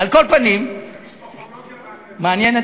על כל פנים, המשפחתולוגיה מעניינת.